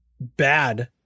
bad